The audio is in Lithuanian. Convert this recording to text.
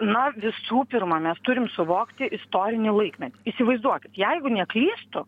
na visų pirma mes turim suvokti istorinį laikmetį įsivaizduokit jeigu neklystu